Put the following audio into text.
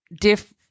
diff